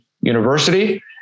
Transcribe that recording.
University